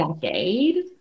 decade